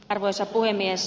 arvoisa puhemies